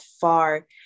far